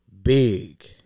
Big